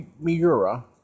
Miura